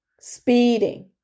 speeding